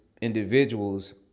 individuals